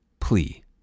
plea